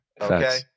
Okay